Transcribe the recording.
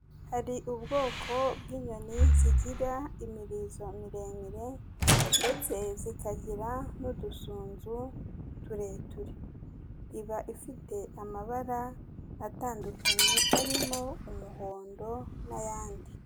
Hari ubwoko bw'inyoni zigira imirizo miremire ndetse zikagira n'udusunzu tureture, iba ifite amabara atandukanye arimo umuhondo n'ayandi.